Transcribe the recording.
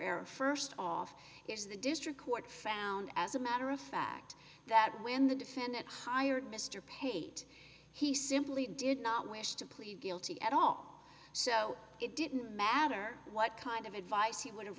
error st off is the district court found as a matter of fact that when the defendant hired mr pate he simply did not wish to plead guilty at all so it didn't matter what kind of advice he would have